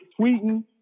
tweeting